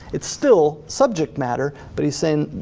it's still subject matter but he's saying,